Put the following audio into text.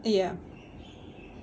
ya